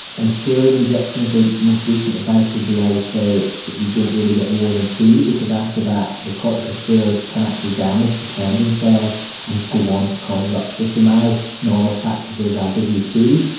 and steroid injections, the most recent advice would be i would say that you don't really get more than two, because after that the corticosteroid can actually damage the tendon cells and go on to cause ruptures. so my normal practice is i'll give you two,